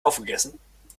aufgegessen